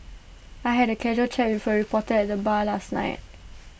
I had A casual chat with A reporter at the bar last night